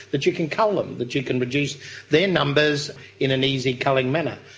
that you can cull them, that you can reduce their numbers in an easy culling manner.